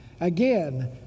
Again